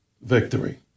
victory